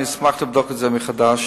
אשמח לבדוק את זה מחדש,